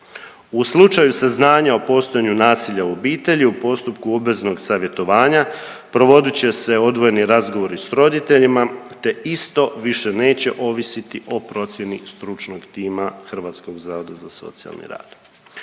U slučaju saznanja o postojanju nasilja u obitelji u postupku obveznog savjetovanja provodit će se odvojeni razgovori s roditeljima te isto više neće ovisiti o procjeni stručnog tima Hrvatskog zavoda za socijalni rad.